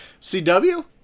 CW